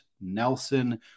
Nelson